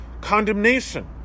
condemnation